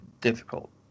difficult